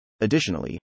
Additionally